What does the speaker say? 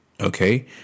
Okay